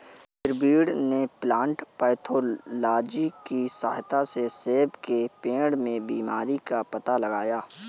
प्रवीण ने plant pathology की सहायता से सेब के पेड़ में बीमारी का पता लगाया